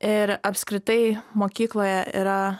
ir apskritai mokykloje yra